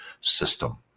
system